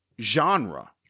genre